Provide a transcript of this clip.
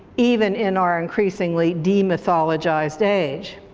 even in our increasingly demythologized age.